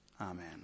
Amen